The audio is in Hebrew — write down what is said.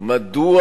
מדוע